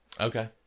okay